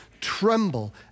tremble